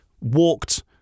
walked